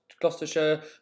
Gloucestershire